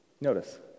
Notice